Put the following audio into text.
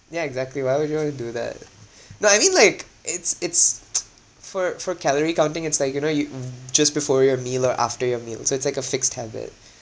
ya exactly why would you want to do that no I mean like it's it's for for calorie counting it's like you know you mm just before your meal or after your meals so it's like a fixed habit